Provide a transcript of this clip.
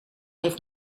heeft